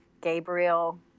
Gabriel